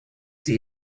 sie